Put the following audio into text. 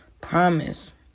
Promise